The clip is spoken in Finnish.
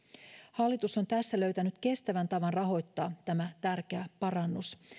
hallitus on tässä löytänyt kestävän tavan rahoittaa tämä tärkeä parannus